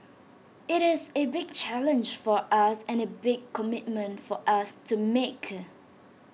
IT is A big challenge for us and A big commitment for us to make